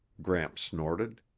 gramps snorted.